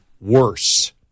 worse